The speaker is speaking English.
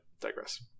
digress